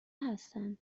هستن